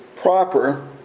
proper